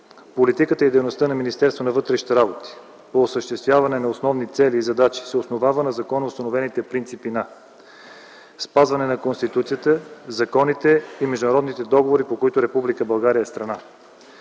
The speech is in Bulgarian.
Политиката и дейността на Министерството на вътрешните работи по осъществяване на основни цели и задачи се основава на законоустановените принципи на: спазване на Конституцията, законите и международните договори, по които Република България е страна;